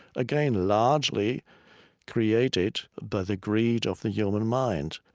again, largely created by the greed of the human mind.